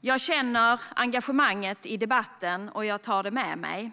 Jag känner engagemanget i debatten, och jag tar det med mig.